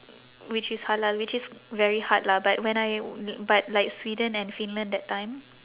which is halal which is very hard lah but when I but like sweden and finland that time